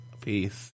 Peace